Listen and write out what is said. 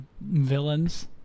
villains